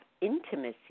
intimacy